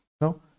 No